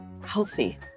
healthy